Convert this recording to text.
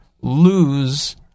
lose